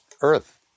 earth